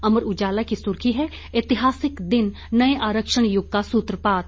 अमर उजाला की सुर्खी है ऐतिहासिक दिन नए आरक्षण युग का सूत्रपात